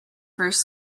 first